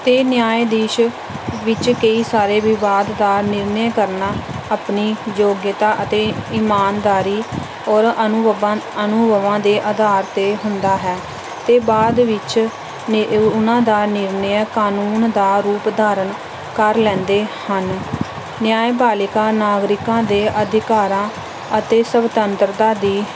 ਅਤੇ ਨਿਆਏ ਦੀਸ਼ ਵਿੱਚ ਕਈ ਸਾਰੇ ਵਿਵਾਦ ਦਾ ਨਿਰਣੇ ਕਰਨਾ ਆਪਣੀ ਯੋਗਿਅਤਾ ਅਤੇ ਇਮਾਨਦਾਰੀ ਔਰ ਅਨੁਭਵਾਂ ਅਨੁਭਵਾਂ ਦੇ ਆਧਾਰ 'ਤੇ ਹੁੰਦਾ ਹੈ ਅਤੇ ਬਾਅਦ ਵਿੱਚ ਨਿ ਉ ਉਹਨਾਂ ਦਾ ਨਿਰਣਾ ਕਾਨੂੰਨ ਦਾ ਰੂਪ ਧਾਰਨ ਕਰ ਲੈਂਦੇ ਹਨ ਨਿਆਂ ਪਾਲਿਕਾ ਨਾਗਰਿਕਾਂ ਦੇ ਅਧਿਕਾਰਾਂ ਅਤੇ ਸੁਤੰਤਰਤਾ ਦੀ